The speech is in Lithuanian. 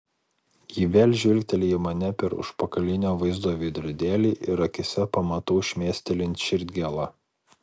ji vėl žvilgteli į mane per užpakalinio vaizdo veidrodėlį ir akyse pamatau šmėstelint širdgėlą